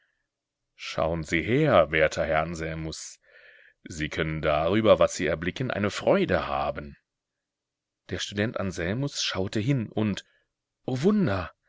schauen sie her werter herr anselmus sie können darüber was sie erblicken eine freude haben der student anselmus schaute hin und o wunder